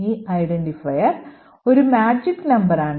ഈ ഐഡന്റിഫയർ ഒരു മാജിക് നമ്പറാണ്